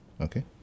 okay